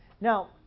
Now